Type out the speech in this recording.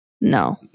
No